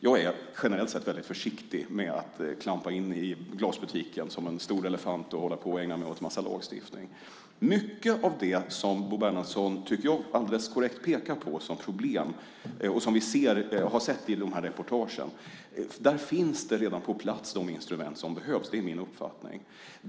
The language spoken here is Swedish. Jag är generellt väldigt försiktig med att klampa in i glasbutiken som en stor elefant och ägna mig åt en massa lagstiftning. I fråga om mycket av det som Bo Bernhardsson alldeles korrekt pekar på som problem och som vi har sett i olika reportage finns de instrument som behövs redan på plats. Det är min uppfattning.